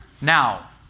Now